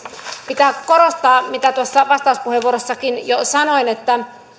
pitää korostaa mitä tuossa vastauspuheenvuorossakin jo sanoin että